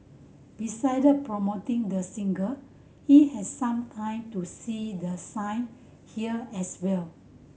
beside promoting the single he has some time to see the sight here as well